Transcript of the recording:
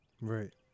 Right